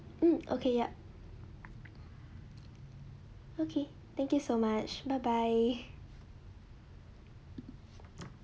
hmm okay yup okay thank you so much bye bye